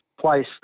place